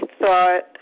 thought